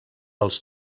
als